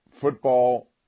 football